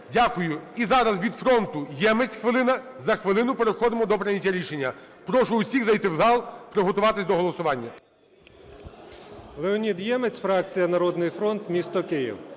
Дякую. І зараз від "Фронту" Ємець – хвилина. За хвилину переходимо до прийняття рішення. Прошу усіх зайти в зал, приготуватися до голосування.